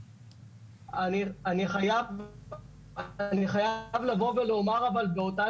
-- אבל אני חייב לבוא ולומר אבל באותה